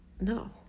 no